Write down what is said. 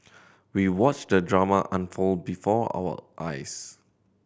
we watched the drama unfold before our eyes